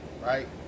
Right